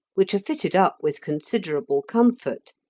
which are fitted up with considerable comfort,